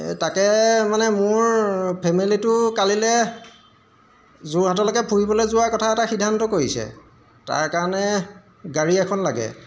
এই তাকে মানে মোৰ ফেমিলিটো কালিলৈ যোৰহাটলৈকে ফুৰিবলৈ যোৱাৰ কথা এটা সিদ্ধান্ত কৰিছে তাৰ কাৰণে গাড়ী এখন লাগে